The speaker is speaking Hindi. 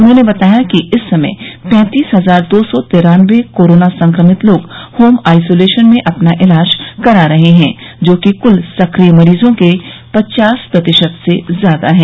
उन्होंने बताया कि इस समय पैंतीस हजार दो सौ तिरान्नबे कोरोना संक्रमित लोग होम आइसोलेशन में अपना इलाज करा रहे हैं जो कि क्ल सक्रिय मरीजों के पचास प्रतिशत से ज्यादा है